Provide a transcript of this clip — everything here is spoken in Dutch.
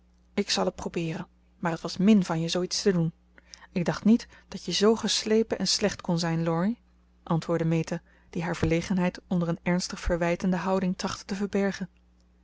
ik zal het probeeren maar het was min van je zooiets te doen ik dacht niet dat je zoo geslepen en slecht kon zijn laurie antwoordde meta die haar verlegenheid onder een ernstig verwijtende houding trachtte te verbergen